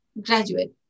graduate